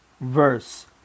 verse